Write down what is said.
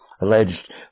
alleged